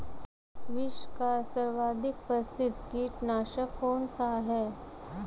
विश्व का सर्वाधिक प्रसिद्ध कीटनाशक कौन सा है?